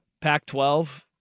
Pac-12